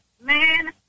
Man